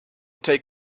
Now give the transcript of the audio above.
take